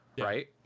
right